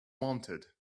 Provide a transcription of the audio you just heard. wanted